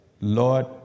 Lord